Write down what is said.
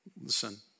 listen